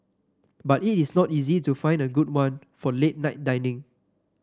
but it is not easy to find a good one for late night dining